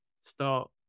start